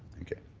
okay.